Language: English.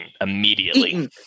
immediately